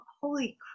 holy